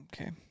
Okay